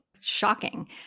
shocking